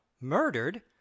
murdered